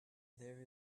there